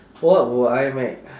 what would I make